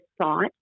thought